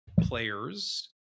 players